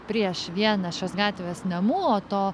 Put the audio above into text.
prieš vieną šios gatvės namų o to